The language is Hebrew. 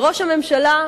וראש הממשלה,